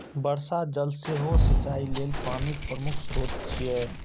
वर्षा जल सेहो सिंचाइ लेल पानिक प्रमुख स्रोत छियै